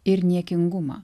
ir niekingumą